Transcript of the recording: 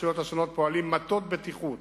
ברשויות השונות פועלים מטות בטיחות